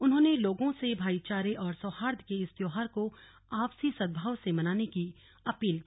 उन्होंने लोगों से भाईचारे और सौहार्द के इस त्योहार को आपसी सदभाव से मनाने की अपील की